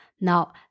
Now